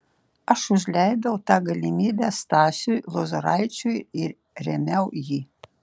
aš užleidau tą galimybę stasiui lozoraičiui ir rėmiau jį